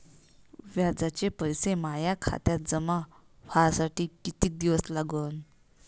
व्याजाचे पैसे माया खात्यात जमा व्हासाठी कितीक दिवस लागन?